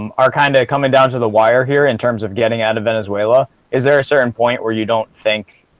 and are kind of coming down to the wire here in terms of getting out of venezuela is there a certain point where you don't think?